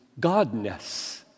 godness